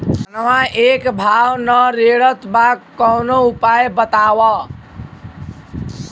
धनवा एक भाव ना रेड़त बा कवनो उपाय बतावा?